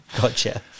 Gotcha